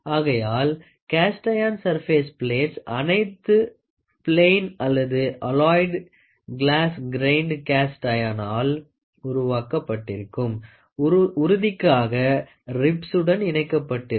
ஆகையால் cast iron surface plates அனைத்தும் plain அல்லது அலோயிட் கிளோஸ் க்ராய்ன்ட் கேஸ்ட் அயனாள் உருவாக்கப்பட்டிருக்கும் உறுதிக்காக ரிப்சுடன் இணைக்கப்பட்டிருக்கும்